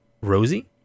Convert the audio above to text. Rosie